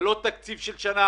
זה לא תקציב של שנה.